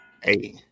Hey